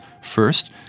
First